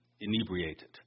inebriated